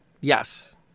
Yes